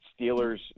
Steelers